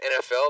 NFL